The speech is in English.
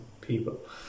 people